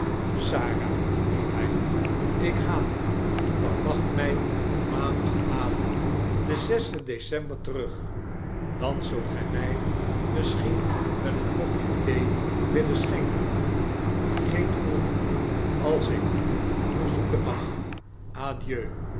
sarah riep hij fl ik ga verwacht mij op maandagavond den zesden december terug dan zult gij my misschien wel een kopje thee willen schenken maar geen groene als ik u verzoeken mag adieu